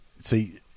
See